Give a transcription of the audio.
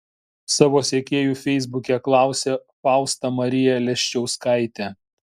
savo sekėjų feisbuke klausė fausta marija leščiauskaitė